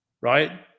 Right